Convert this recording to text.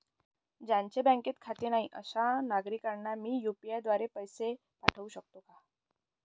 ज्यांचे बँकेत खाते नाही अशा नागरीकांना मी यू.पी.आय द्वारे पैसे पाठवू शकतो का?